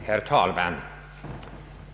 Herr talman!